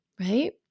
right